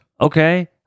Okay